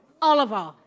Oliver